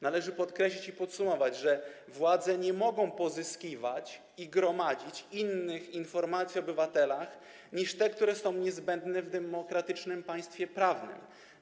Należy podkreślić i podsumować, że władze nie mogą pozyskiwać innych informacji o obywatelach niż te, które są niezbędne w demokratycznym państwie prawnym.